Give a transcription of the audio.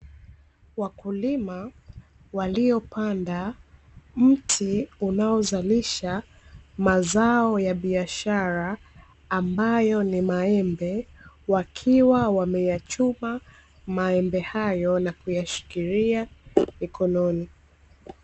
Wakulima waliopanda mti unaozalisha mazao ya biashara ambayo ni Maembe, wakiwa wameyachuma Maembe hayo na kuyashikilia mikononi.